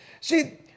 See